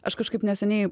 aš kažkaip neseniai